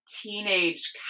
teenage